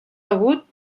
begut